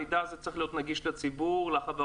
המידע הזה צריך להיות נגיש לציבור ולחברות.